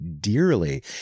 dearly